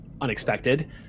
unexpected